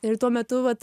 ir tuo metu vat